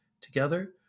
Together